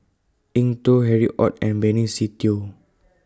Eng Tow Harry ORD and Benny Se Teo